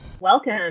Welcome